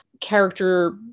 character